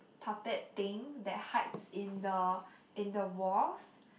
puppet thing that hides in the in the walls